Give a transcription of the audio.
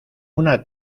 una